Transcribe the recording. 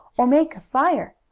or make a fire.